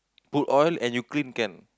put oil and you clean can